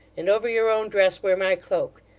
and over your own dress wear my cloak.